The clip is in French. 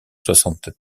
soixante